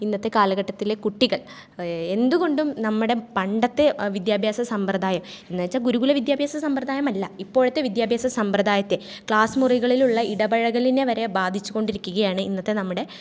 ഇന്നത്തെ കാലഘട്ടത്തിലെ കുട്ടികൾ എന്തു കൊണ്ടും നമ്മുടെ പണ്ടത്തെ വിദ്യാഭ്യാസ സമ്പ്രദായം എന്നു വെച്ചാൽ ഗുരുകുല വിദ്യാഭ്യാസ സമ്പ്രദായമല്ല ഇപ്പോഴത്തെ വിദ്യാഭ്യാസ സമ്പ്രദായത്തെ ക്ലാസ് മുറികളിലുള്ള ഇടപഴകലിനെ വരെ ബാധിച്ചു കൊണ്ടിരിക്കുകയാണ് ഇന്നത്തെ നമ്മുടെ